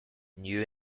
new